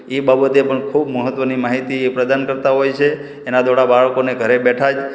એ બાબતે પણ એ ખૂબ મહત્ત્વની માહિતી એ પ્રદાન કરતાં હોય છે એનાં દ્વારા બાળકોને ઘરે બેઠા જ